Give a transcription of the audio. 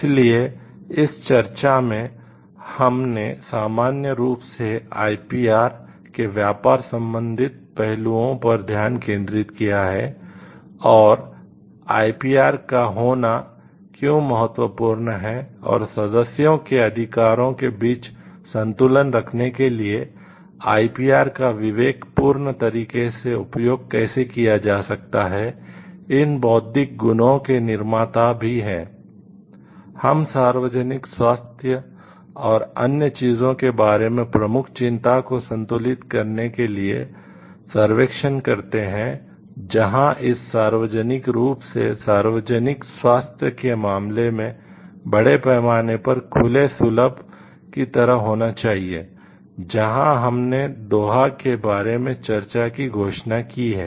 इसलिए इस चर्चा में हमने सामान्य रूप से आईपीआर के बारे में चर्चा की घोषणा की है